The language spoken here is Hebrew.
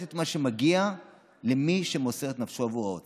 את מה שמגיע למי שמוסר את נפשו והוא האוצר.